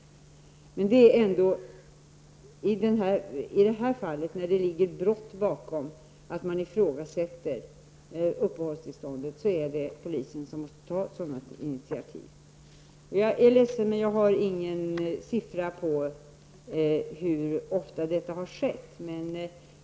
Om det, som i det här fallet, ligger brott bakom ifrågasättandet av uppehållstillståndet, är det polisens sak att ta sådana initiativ. Jag är ledsen, men jag har inga siffror på hur ofta detta har skett.